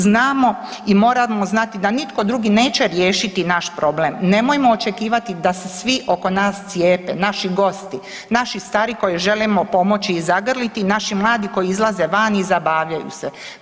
Znamo i moramo znati da nitko drugi neće riješiti naš problem, nemojmo očekivati da se svi oko nas cijepe, naši gosti, naši stari koje želimo pomoći i zagrliti i naši mladi koji izlaze van i zabavljaju se.